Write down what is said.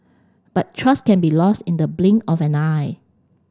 but trust can be lost in the blink of an eye